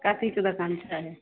कथीके दोकान इच्छा है